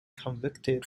convicted